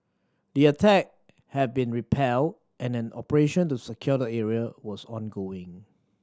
the attack had been repelled and an operation to secure the area was ongoing